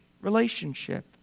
relationship